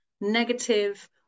negative